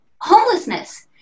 homelessness